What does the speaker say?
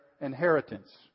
inheritance